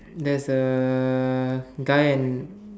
there is a guy and